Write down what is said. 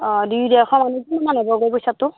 অঁ দুই ডেৰশ মানুহ কিমান মান হ'বগে পইচাটো